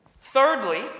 Thirdly